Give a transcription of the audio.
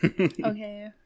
Okay